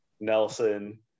Nelson